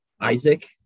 Isaac